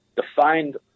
defined